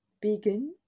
Begin